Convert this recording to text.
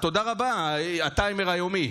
תודה רבה, הטיימר היומי.